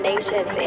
Nations